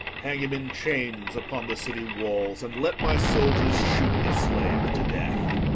hang him in chains upon the city-walls, and let my soldiers shoot the slave to death.